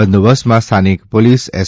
બંદોબસ્તમાં સ્થાનિક police S